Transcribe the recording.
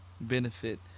benefit